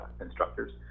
instructors